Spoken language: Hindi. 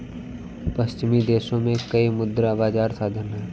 पश्चिमी देशों में कई मुद्रा बाजार साधन हैं